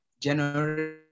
January